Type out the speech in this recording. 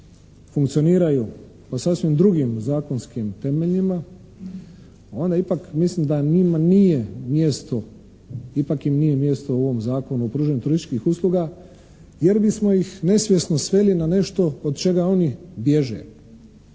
funkcioniraju po sasvim drugim zakonskim temeljima onda ipak mislim da njima nije mjesto, ipak im nije mjesto u ovom Zakonu o pružanju turističkih usluga jer bismo ih nesvjesno sveli na nešto od čega oni bježe.